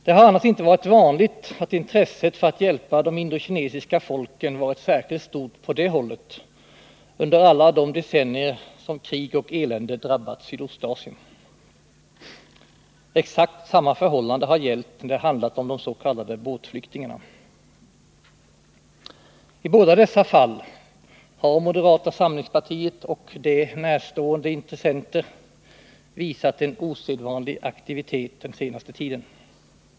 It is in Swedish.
Det har annars inte varit vanligt att intresset för att hjälpa de indokinesiska folken varit särskilt stort på det hållet under alla de decennier då krig och elände drabbat Sydostasien. Exakt Nr 100 samma förhållande har gällt när det handlat om de s.k. båtflyktingarna. Onsdagen den I båda dessa fall har moderata samlingspartiet och partiet närstående 12 mars 1980 intressenter visat en osedvaniig aktivitet den senaste tiden.